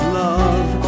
love